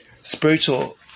spiritual